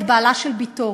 את בעלה של בתו,